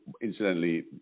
incidentally